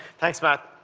thanks, matt.